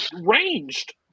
ranged